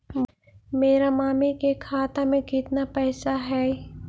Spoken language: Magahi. मेरा मामी के खाता में कितना पैसा हेउ?